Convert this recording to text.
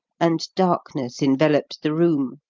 and darkness enveloped the room,